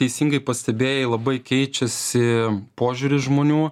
teisingai pastebėjai labai keičiasi požiūris žmonių